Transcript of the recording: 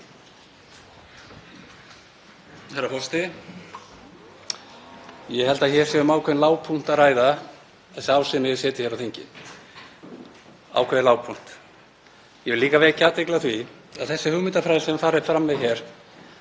Herra forseti. Ég held að hér sé um ákveðinn lágpunkt að ræða þessi ár sem ég hef setið á þingi, ákveðinn lágpunkt. Ég vil líka vekja athygli á því að þessi hugmyndafræði sem farið er fram með hér,